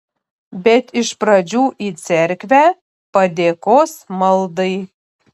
bet iš pradžių į cerkvę padėkos maldai